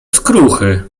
skruchy